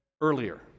earlier